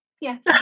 yes